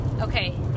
okay